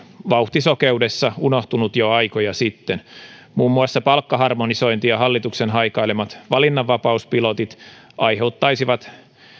vauhtisokeudessa unohtunut jo aikoja sitten muun muassa palkkaharmonisointi ja hallituksen haikailemat valinnanvapauspilotit aiheuttaisivat